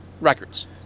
Records